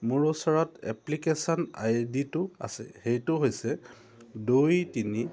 মোৰ ওচৰত এপ্লিকেশ্যন আই ডিটো আছে সেইটো হৈছে দুই তিনি